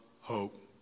hope